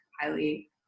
Highly